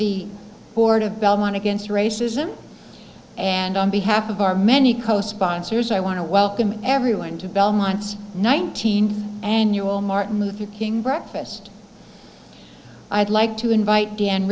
the board of belmont against racism and on behalf of our many co sponsors i want to welcome everyone to belmont's nineteenth annual martin luther king breakfast i would like to invite dan